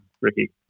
Ricky